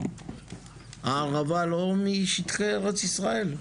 הערבה לא משטחי ארץ ישראל?